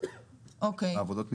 העבודות מתקיימות.